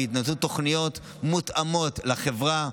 ויינתנו תוכניות מותאמות לחברה,